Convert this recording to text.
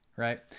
right